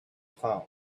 phone